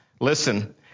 Listen